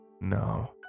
no